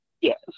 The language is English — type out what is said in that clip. Yes